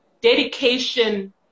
dedication